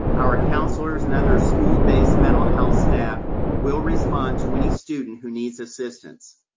our counselors and other school-based mental health staff will respond to any student who needs assistance.